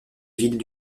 villes